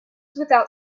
without